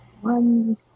one